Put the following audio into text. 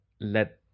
let